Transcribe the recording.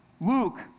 Luke